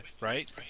right